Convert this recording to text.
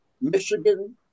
Michigan